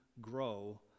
grow